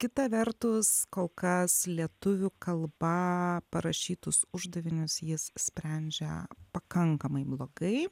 kita vertus kol kas lietuvių kalba parašytus uždavinius jis sprendžia pakankamai blogai